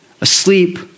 asleep